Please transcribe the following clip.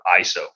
ISO